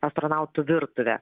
astronautų virtuvę